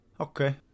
Okay